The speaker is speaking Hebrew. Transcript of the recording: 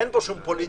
אין פה שום פוליטיקה,